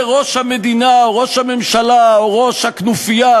ראש המדינה או ראש הממשלה או ראש הכנופיה,